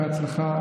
אני מאחל לך הצלחה.